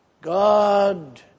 God